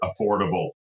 affordable